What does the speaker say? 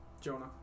Jonah